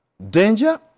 Danger